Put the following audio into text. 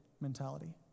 mentality